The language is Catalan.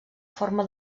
forma